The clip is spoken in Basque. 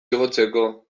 igotzeko